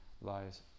lies